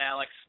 Alex